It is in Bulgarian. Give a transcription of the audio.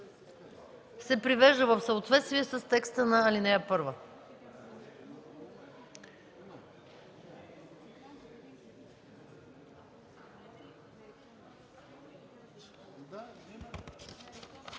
се привежда в съответствие с текста на ал. 1.